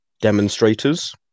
demonstrators